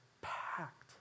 packed